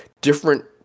different